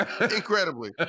Incredibly